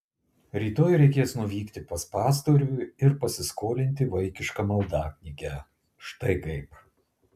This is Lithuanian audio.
rytoj reikės nuvykti pas pastorių ir pasiskolinti vaikišką maldaknygę štai kaip